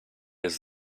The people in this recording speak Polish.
jest